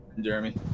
Jeremy